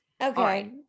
okay